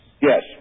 Yes